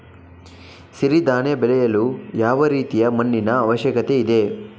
ಸಿರಿ ಧಾನ್ಯ ಬೆಳೆಯಲು ಯಾವ ರೀತಿಯ ಮಣ್ಣಿನ ಅವಶ್ಯಕತೆ ಇದೆ?